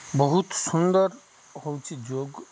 ବହୁତ ସୁନ୍ଦର ହେଉଛି ଯୋଗ